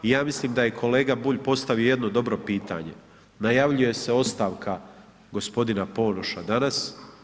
I ja mislim da je kolega Bulj postavio jedno dobro pitanje, najavljuje se ostavka gospodina Ponoša danas.